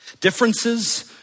differences